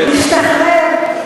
השתחרר,